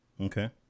Okay